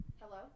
Hello